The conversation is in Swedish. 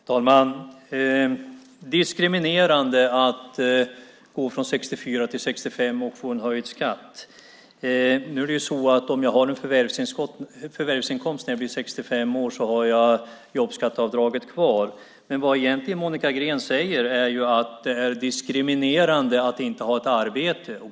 Herr talman! Det är diskriminerande att man går från 64 till 65 och får en höjd skatt, säger Monica Green. Nu är det så att om man har en förvärvsinkomst när man blir 65 år har man jobbskatteavdraget kvar. Vad Monica Green säger är att det är diskriminerande när man inte har ett arbete.